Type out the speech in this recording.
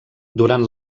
durant